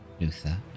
Luther